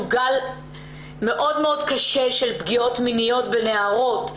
גל מאוד קשה של פגיעות מיניות בנערות.